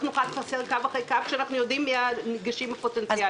נוכל לפרסם כאשר אנו יודעים מי הם המועמדים הניגשים הפוטנציאלים.